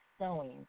sewing